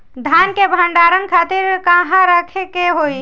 धान के भंडारन खातिर कहाँरखे के होई?